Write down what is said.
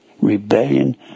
rebellion